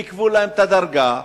עיכבו להם את הדרגה,